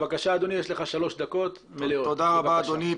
תודה רבה אדוני.